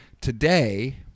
Today